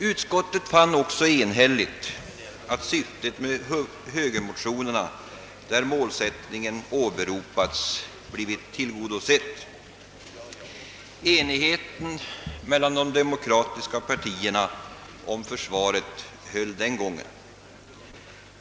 Utskottet konstaterade också enhälligt att syftet med högermotionerna, där målsättningen åberopades, blivit tillgodosett. Enigheten mellan de demokratiska partierna om försvaret höll den gången.